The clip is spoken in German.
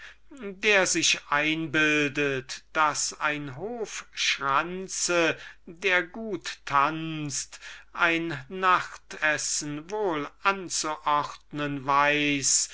der sich einbildet daß ein hofschranze der gut tanzt ein nachtessen wohl anzuordnen weiß